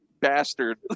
Bastard